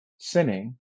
sinning